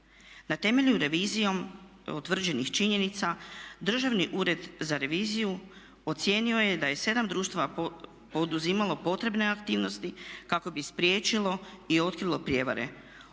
Na temelju revizijom utvrđenih činjenica Državni ured za reviziju ocijenio je da je 7 društava poduzimalo potrebne aktivnosti kako bi spriječilo i otkrilo prijevare.